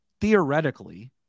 theoretically